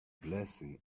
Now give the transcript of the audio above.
blessing